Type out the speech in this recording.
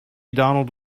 donald